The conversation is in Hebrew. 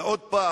ושוב,